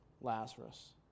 Lazarus